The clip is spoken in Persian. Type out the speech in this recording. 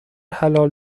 حلال